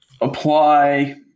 apply